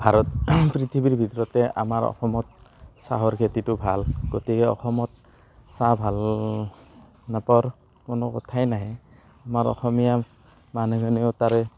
ভাৰত পৃথিৱীৰ ভিতৰতে আমাৰ অসমত চাহৰ খেতিটো ভাল গতিকে অসমত চাহ ভাল নোপোৱাৰ কোনো কথাই নাহে আমাৰ অসমীয়া মানুহখিনিও তাৰে